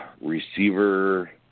receiver